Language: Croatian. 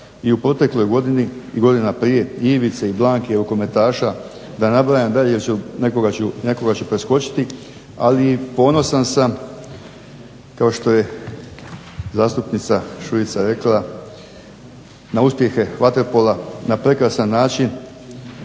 i u protekloj godini i godina prije i Ivice i Blanke i rukometaša da ne nabrajam dalje jer ću nekoga preskočiti, ali ponosan sam kao što je zastupnica Šuica rekla na uspjehe vaterpola, na prekrasan način